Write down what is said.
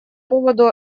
поводу